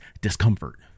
discomfort